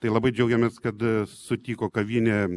tai labai džiaugiamės kad sutiko kavinėje